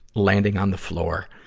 landing on the floor,